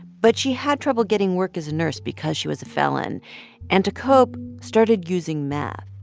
but she had trouble getting work as a nurse because she was a felon and to cope, started using meth,